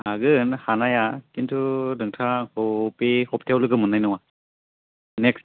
हागोन हानाया खिन्थु नोंथाङा आंखौ बे सब्थायाव लोगो मोननाय नङा नेकस्ट